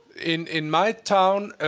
in in my town,